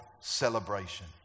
celebration